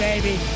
Baby